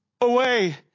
away